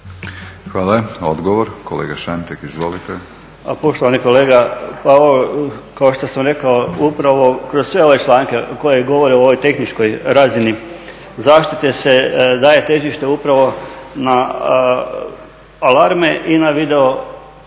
Hvala. Odgovor, kolega Šantek. IzvolIte **Šantek, Ivan (HDZ)** Pa poštovani kolega kao što sam rekao, upravo kroz sve ove članke koji govore o ovoj tehničkoj razini zaštite se daje težište upravo na alarme i na video